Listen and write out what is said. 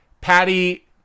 Patty